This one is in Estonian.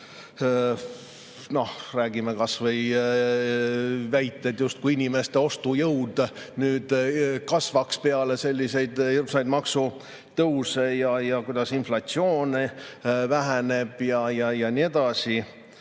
Räägime kas või väidetest, justkui inimeste ostujõud kasvaks peale selliseid hirmsaid maksutõuse, kuidas inflatsioon väheneb ja nii edasi.